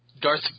Darth